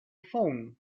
phone